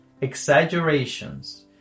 exaggerations